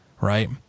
right